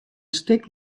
stik